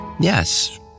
Yes